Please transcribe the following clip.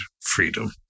freedom